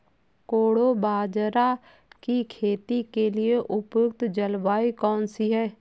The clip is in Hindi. कोडो बाजरा की खेती के लिए उपयुक्त जलवायु कौन सी है?